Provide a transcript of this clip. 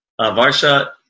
varsha